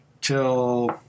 till